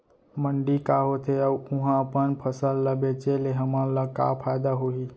मंडी का होथे अऊ उहा अपन फसल ला बेचे ले हमन ला का फायदा होही?